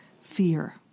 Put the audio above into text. fear